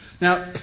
Now